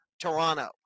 Toronto